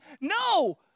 No